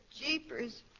jeepers